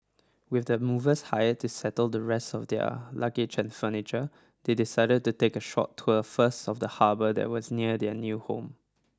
with the movers hired to settle the rest of their luggage and furniture they decided to take a short tour first of the harbour that was near their new home